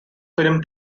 film